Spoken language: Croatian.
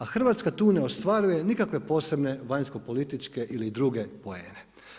A Hrvatska tu ne ostvaruje nikakve posebne vanjskopolitičke ili druge poene.